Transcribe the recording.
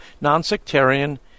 non-sectarian